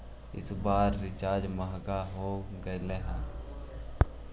इस बार रिचार्ज महंगे हो गेलई हे